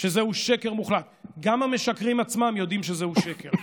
שזהו שקר מוחלט, גם המשקרים עצמם יודעים שזהו שקר.